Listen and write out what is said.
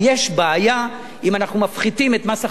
יש בעיה אם אנחנו מפחיתים את מס החברות